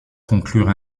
conclure